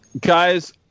Guys